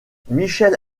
michelle